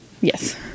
Yes